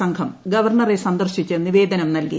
സംഘം ഗവർണറെ സന്ദർശിച്ച് നിവേദനം നൽകി